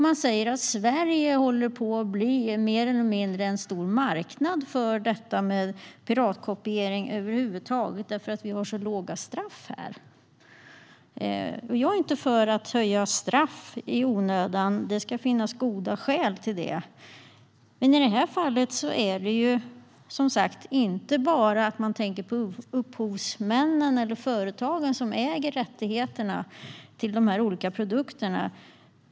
Man säger att Sverige mer eller mindre håller på att bli en stor marknad för piratkopiering över huvud taget för att vi har så låga straff här. Jag är inte för att höja straff i onödan. Det ska finnas goda skäl till det. I det här fallet tänker man inte bara på upphovsmännen eller företagen som äger rättigheterna till de olika produkterna.